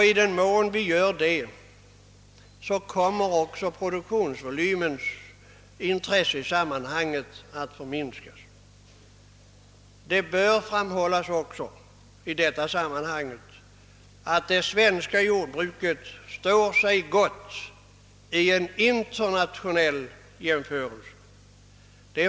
I den mån vi gör det kommer produktionsvolymens betydelse i sammanhanget att förminskas. Det bör också framhållas att det svenska jordbruket står sig gott vid en internationell jämförelse.